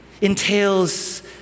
entails